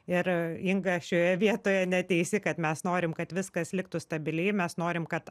ir inga šioje vietoje neteisi kad mes norim kad viskas liktų stabiliai mes norim kad